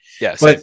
Yes